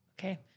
Okay